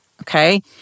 okay